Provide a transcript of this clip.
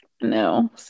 No